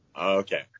Okay